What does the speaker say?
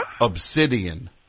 Obsidian